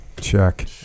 Check